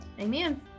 amen